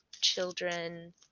children